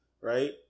right